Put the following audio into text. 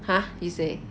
!huh! you say